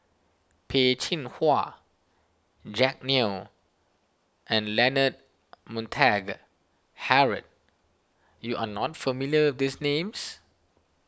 Peh Chin Hua Jack Neo and Leonard Montague Harrod you are not familiar with these names